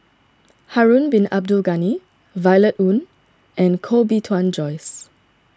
Harun Bin Abdul Ghani Violet Oon and Koh Bee Tuan Joyce